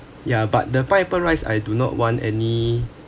ya but the pineapple rice I do not want any